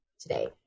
today